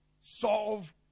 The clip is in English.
solve